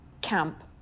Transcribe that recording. camp